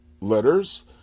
letters